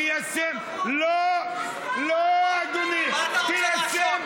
תיישם, מה אתה מציע?